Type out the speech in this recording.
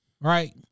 right